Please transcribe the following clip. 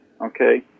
okay